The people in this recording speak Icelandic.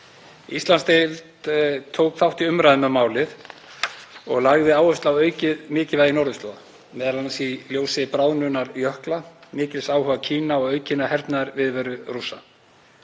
Íslandsdeild tók þátt í umræðum um málið og lagði áherslu á aukið mikilvægi norðurslóða, m.a. í ljósi bráðnunar jökla, mikils áhuga Kína og aukinnar hernaðarviðveru Rússa.